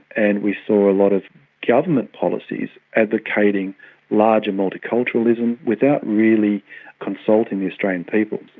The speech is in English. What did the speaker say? and we saw a lot of government policies advocating larger multiculturalism without really consulting the australian people.